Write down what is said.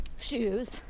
shoes